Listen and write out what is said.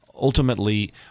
ultimately